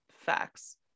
Facts